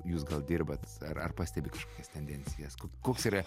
jūs gal dirbat ar pastebi kažkokias tendencijas koks yra